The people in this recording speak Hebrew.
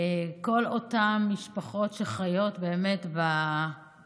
לכל אותן משפחות שחיות בטווח,